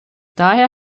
daher